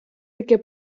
таке